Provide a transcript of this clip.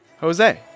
Jose